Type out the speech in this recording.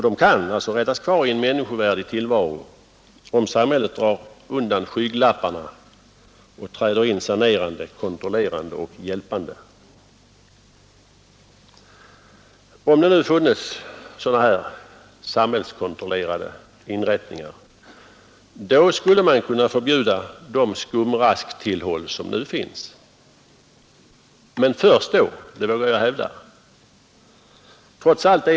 De kan räddas kvar i en mera människovärdig tillvaro, om samhället tar bort skygglapparna och träder in sanerande, kontrollerande och hjälpande. Om det funnes sådana här samhällskontrollerade inrättningar skulle man kunna förbjuda de skumrasktillhåll som nu finns — men först då, det vågar jag hävda.